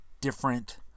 different